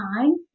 time